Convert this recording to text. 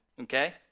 okay